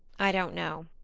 i don't know,